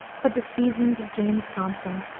but the seasons of james thomson,